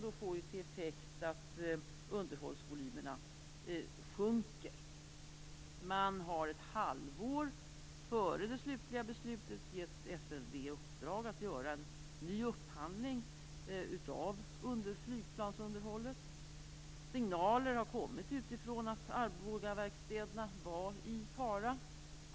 Det får till effekt att underhållsvolymerna sjunker. Ett halvår före det slutliga beslutet gav man FMV i uppdrag att göra en ny upphandling av flygplansunderhållet. Signaler utifrån har kommit om att Arbogaverkstäderna var i fara.